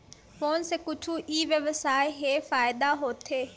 Phone से कुछु ई व्यवसाय हे फ़ायदा होथे?